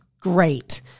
Great